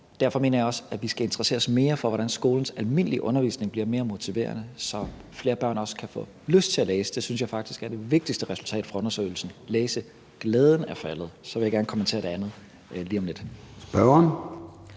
derfor mener jeg også, at vi skal interessere os mere for, hvordan skolens almindelige undervisning bliver mere motiverende, så flere børn også kan få lyst til at læse. Det synes jeg faktisk er det vigtigste resultat fra undersøgelsen, altså at læseglæden er faldet. Så vil jeg gerne kommentere det andet lige om lidt. Kl.